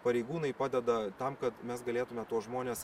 pareigūnai padeda tam kad mes galėtume tuos žmones